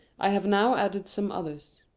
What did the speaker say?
i have now added some others.